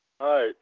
Hi